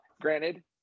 Granted